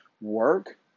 work